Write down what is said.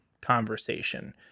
conversation